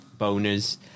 boners